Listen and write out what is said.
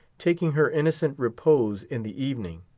taking her innocent repose in the evening